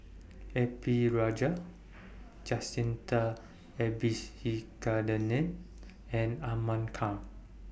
A P Rajah Jacintha and Ahmad Khan